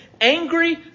angry